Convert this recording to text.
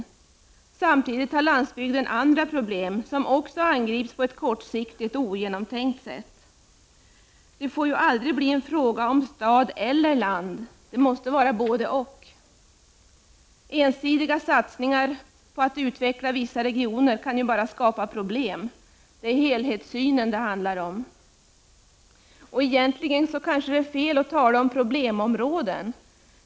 Men samtidigt har landsbygden också andra problem som angrips med ett kortsiktigt tänkande och på ett ogenomtänkt sätt. Det får aldrig bli en fråga om stad eller land. Det måste vara både-och. Ensidiga satsningar på utvecklingen av vissa regioner kan bara skapa problem. Det handlar om att ha en helhetssyn. Egentligen är det kanske fel att tala om problemområden.